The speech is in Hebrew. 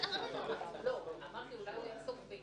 דיברנו על אפשרות זה משהו מאוד ראשוני,